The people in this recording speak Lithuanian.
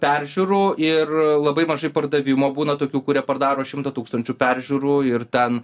peržiūrų ir labai mažai pardavimo būna tokių kurie pardaro šimtą tūkstančių peržiūrų ir ten